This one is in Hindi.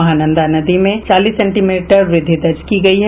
महानंदा नदी में चालीस सेंटीमीटर वृद्धि दर्ज की गयी है